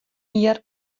jier